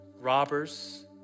robbers